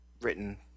written